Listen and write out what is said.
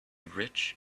rich